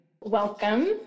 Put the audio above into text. Welcome